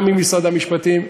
גם עם משרד המשפטים,